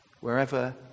wherever